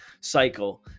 cycle